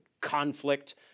conflict